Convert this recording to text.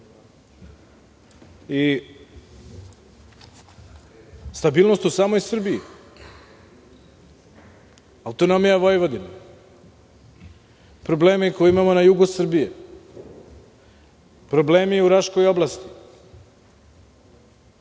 i stabilnost u samoj Srbiji, autonomija Vojvodine, problemi koje imamo na jugu Srbije, problemi u Raškoj oblasti,